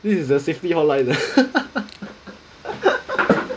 this is the safety hotline ah